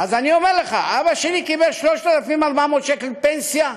אז אני אומר לך: אבא שלי קיבל 3,400 שקל פנסיה,